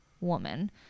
woman